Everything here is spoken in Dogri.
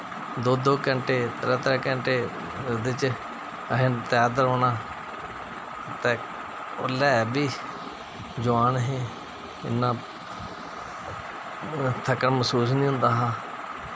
दो दो घैंटे त्रै त्रै घैंटे ओह्दे च असें तैरदे रौहना ते उसलै है हे बी जोआन हे इन्ना ओह् थक्कन मैसूस निं होंदा हा